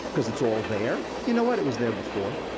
cause it's all there? you know what, it was there before.